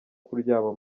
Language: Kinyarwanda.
kuryama